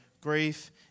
grief